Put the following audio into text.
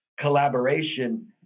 collaboration